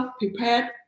prepared